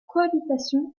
cohabitation